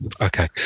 Okay